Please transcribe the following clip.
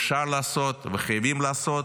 אפשר לעשות וחייבים לעשות,